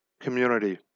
community